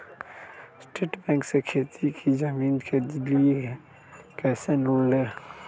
State bank से खेती की जमीन के लिए कैसे लोन ले?